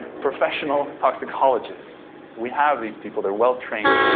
professional toxicologists we have these people. they're well-trained,